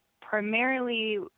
Primarily